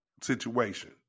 situation